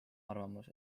arvamus